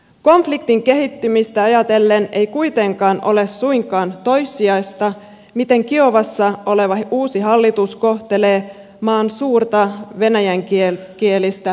konfliktin kehittymistä ajatellen ei kuitenkaan ole suinkaan toissijaista miten kiovassa oleva uusi hallitus kohtelee maan suurta venäjänkielistä vähemmistöä